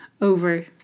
over